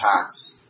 attacks